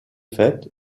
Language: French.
fait